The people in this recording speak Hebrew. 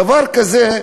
דבר כזה,